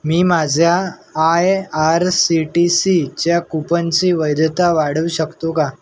मी माझ्या I R C T सीच्या कूपनची वैधता वाढवू शकतो का